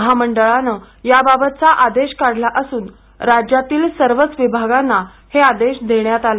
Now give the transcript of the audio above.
महामंडळानं याबाबतचा आदेश काढला असून राज्यातील सर्वच विभागांना हे आदेश देण्यात आले